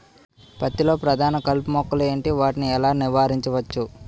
పత్తి లో ప్రధాన కలుపు మొక్కలు ఎంటి? వాటిని ఎలా నీవారించచ్చు?